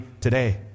today